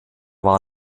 war